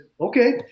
okay